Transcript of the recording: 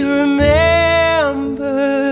remember